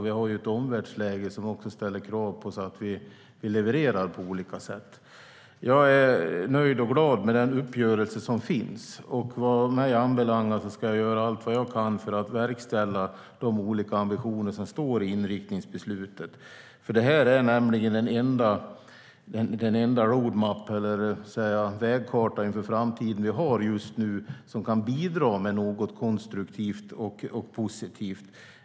Vi har också ett omvärldsläge som ställer krav på oss att vi levererar på olika sätt. Jag är nöjd och glad med den uppgörelse som finns. Vad mig anbelangar ska jag göra allt vad jag kan för att verkställa de olika ambitioner som står i inriktningsbeslutet. Det är nämligen den enda vägkarta för framtiden som vi har just nu som kan bidra med något konstruktivt och positivt.